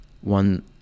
One